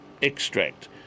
extract